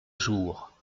jour